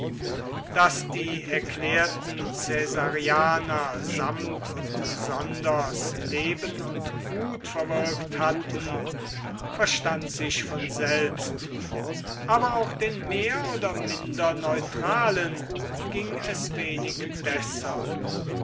daß die erklärten caesarianer samt und sonders leben und gut verwirkt hatten verstand sich von selbst aber auch den mehr oder minder neutralen ging es wenig besser